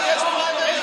השר אקוניס,